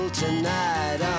tonight